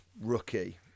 rookie